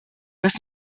dass